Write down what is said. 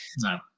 no